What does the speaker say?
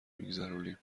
میگذرونیم